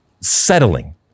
settling